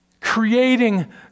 creating